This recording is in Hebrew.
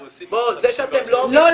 זה שאתם לא עומדים --- לא,